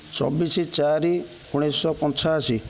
ଚବିଶ ଚାରି ଉଣେଇଶଶହ ପଞ୍ଚାଅଶୀ